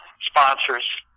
sponsors